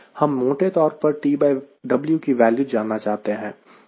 हम मोटे तौर पर TW की वैल्यू जानना चाहते हैं